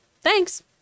Thanks